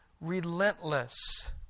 relentless